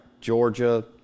Georgia